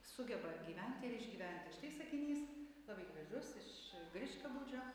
sugeba gyventi ir išgyventi tai sakinys labai gražus iš griškabūdžio